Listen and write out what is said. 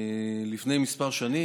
לפני כמה שנים,